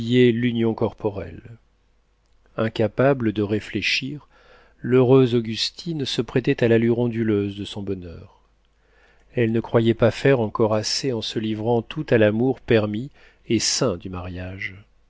l'union corporelle incapable de réfléchir l'heureuse augustine se prêtait à l'allure onduleuse de son bonheur elle ne croyait pas faire encore assez en se livrant toute à l'amour permis et saint du mariage